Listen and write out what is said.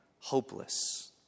hopeless